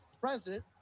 president